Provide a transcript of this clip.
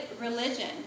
religion